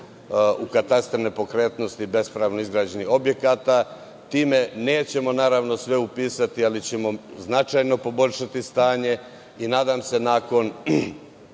u katastar nepokretnosti bespravno izgrađenih objekata. Time nećemo sve upisati, ali ćemo značajno poboljšati stanje. Nadam se nakon